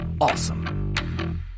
awesome